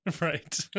right